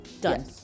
Done